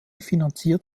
finanziert